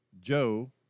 Joe